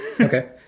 Okay